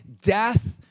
death